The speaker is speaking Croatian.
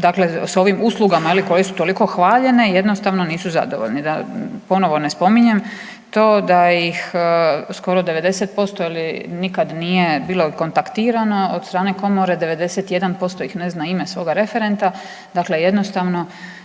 dakle s ovim uslugama je li koje su toliko hvaljene jednostavno nisu zadovoljni, da ponovo ne spominjem to da ih skoro 90% nikad nije bilo kontaktirano od strane komore, 91% ih ne zna ime svoga referenta, dakle jednostavno